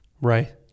Right